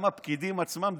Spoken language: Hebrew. גם הפקידים עצמם,